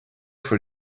for